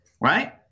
Right